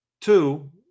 two